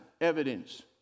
Evidence